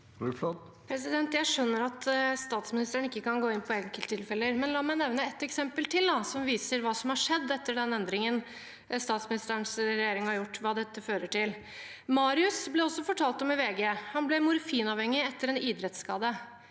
Jeg skjønner at stats- ministeren ikke kan gå inn på enkelttilfeller, men la meg nevne et eksempel til som viser hva som har skjedd etter den endringen statsministerens regjering har gjort, og hva dette fører til. Marius ble det også fortalt om i VG. Han ble morfinavhengig etter en idrettsskade.